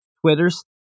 Twitters